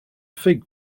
fig